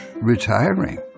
retiring